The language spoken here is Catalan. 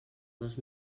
dos